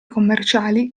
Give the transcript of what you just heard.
commerciali